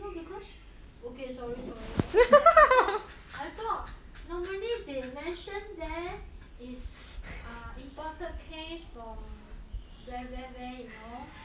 no becuase okay sorry sorry becuase I thought normally they mention there is err imported case from where where where you know